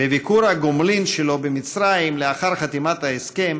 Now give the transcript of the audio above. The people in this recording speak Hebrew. בביקור הגומלין שלו במצרים לאחר חתימת ההסכם,